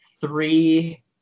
three